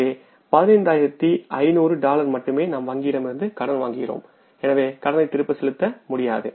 எனவே 15500 டாலர் மட்டுமே நாம் வங்கியிடமிருந்து கடன் வாங்குகிறோம்எனவே கடனை திருப்பிச் செலுத்த முடியாது